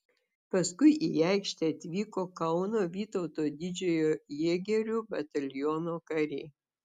paskui į aikštę atvyko kauno vytauto didžiojo jėgerių bataliono kariai